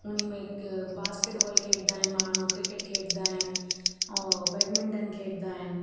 हुन में कि बास्केट बॉल खेॾींदा आहिनि माण्हूं क्रिकेट खेॾींदा आहिनि उहो बैडमिंटन खेॾींदा आहिनि